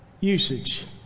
usage